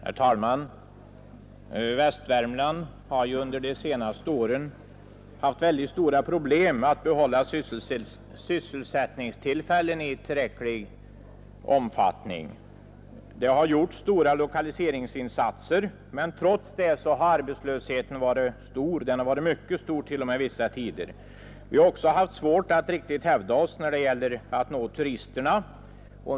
Herr talman! Västvärmland har under de senaste åren haft mycket stora problem med att behålla sysselsättningstillfällen i tillräcklig omfattning. Stora lokaliseringsinsatser har gjorts, men trots det har arbetslösheten varit stor, vid vissa tider mycket stor. Vi har haft svårt för att riktigt hävda oss när det gäller att nå turisterna.